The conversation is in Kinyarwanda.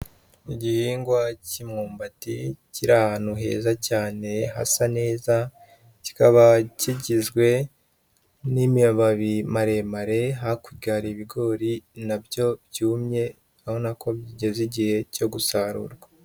Igihingwa cy'imyumbati kiri ahantu heza cyane hasa neza, kikaba kigizwe n'imababi maremare, hakurya ibigori na byo byumye urabona ko bigeze igihe cyo gusarura.